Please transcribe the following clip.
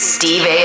Steve